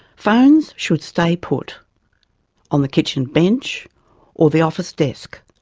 phones should stay put on the kitchen bench or the office desk.